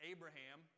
Abraham